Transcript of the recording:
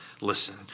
listen